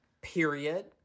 Period